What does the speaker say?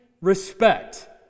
respect